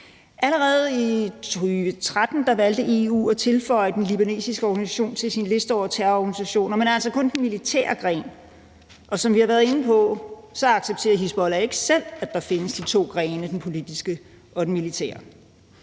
Allerede i 2013 valgte EU at tilføje den libanesiske organisation til sin liste over terrororganisationer, men altså kun den militære gren. Som vi har været inde på, accepterer Hizbollah ikke selv, at der findes de to grene, nemlig den politiske og den militære.